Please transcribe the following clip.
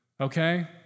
Okay